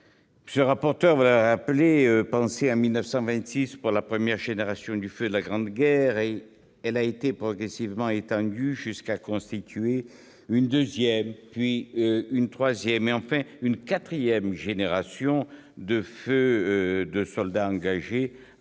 les anciens combattants. Pensée en 1926 pour la première génération du feu de la Grande Guerre, elle a été progressivement étendue jusqu'à concerner une deuxième, puis une troisième et enfin une quatrième génération du feu de soldats engagés